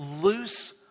loose